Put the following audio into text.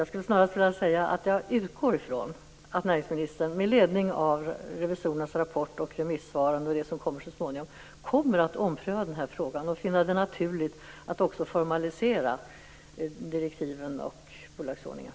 Jag skulle snarast vilja säga att jag utgår från att näringsministern med ledning av revisorernas rapport, remissvaren och det som kommer så småningom, kommer att ompröva den här frågan och finna det naturligt att också formalisera direktiven och bolagsordningen.